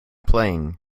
playing